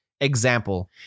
example